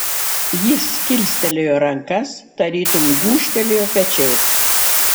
jis kilstelėjo rankas tarytum gūžtelėjo pečiais